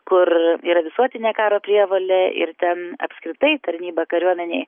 kur yra visuotinė karo prievolė ir ten apskritai tarnyba kariuomenėj